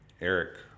Eric